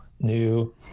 New